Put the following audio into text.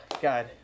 God